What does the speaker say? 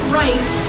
right